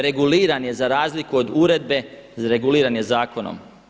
Reguliran je za razliku od uredbe, reguliran je zakonom.